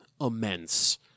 immense